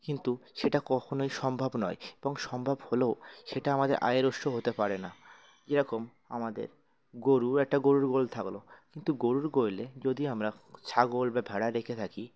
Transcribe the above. কিন্তু সেটা কখনোই সম্ভব নয় এবং সম্ভব হলেও সেটা আমাদের আয়ের উৎস হতে পারে না যেরকম আমাদের গরুর একটা গরুর গোয়াল থাকলো কিন্তু গরুর গোয়ালে যদি আমরা ছাগল বা ভেড়া রেখে থাকি